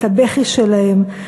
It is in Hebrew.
את הבכי שלהם,